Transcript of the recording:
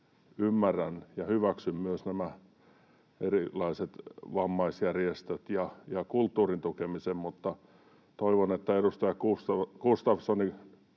Ymmärrän ja hyväksyn myös nämä erilaiset vammaisjärjestöt ja kulttuurin tukemisen, mutta toivon, että edustaja Gustafsson